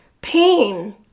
pain